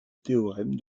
théorème